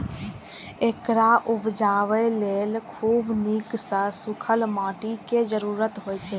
एकरा उपजाबय लेल खूब नीक सं सूखल माटिक जरूरत होइ छै